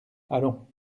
allons